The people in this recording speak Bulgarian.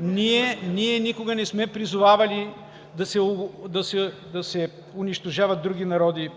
Ние никога не сме призовавали да се унищожават други народи,